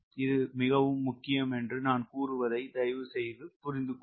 இது மிகவும் முக்கியம் என்று நான் கூறுவதை தயவுசெய்து புரிந்துகொள்ளுங்கள்